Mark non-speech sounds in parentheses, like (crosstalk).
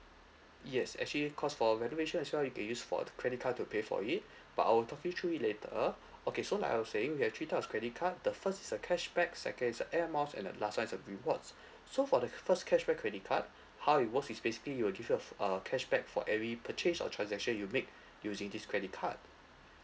yes actually cause for renovation as well you can use for the credit card to pay for it (breath) but I will topic through it later (breath) okay so like I was saying we have three types of credit card the first is a cashback second is a air mile and the last one is a rewards (breath) so for the first cashback credit card (breath) how it works is basically it will give you a cashback for every purchase or transaction you made (breath) using this credit card